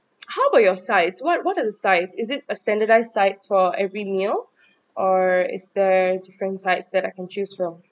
how about your sides what what are the sides is it a standardized sides for every meal or is there different sides that I can choose from